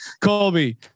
Colby